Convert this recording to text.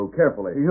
carefully